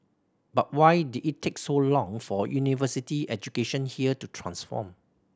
but why did it take so long for university education here to transform